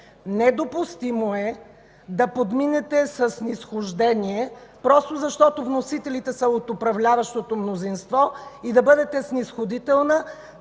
Недопустимо е да подминете със снизхождение, просто защото вносителите са от управляващото мнозинство, и да бъдете снизходителна